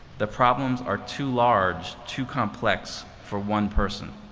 the problems are too large, too complex for one person.